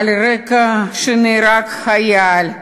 על רקע זה שנהרג חייל,